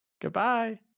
Goodbye